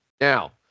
Now